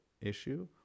issue